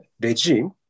regime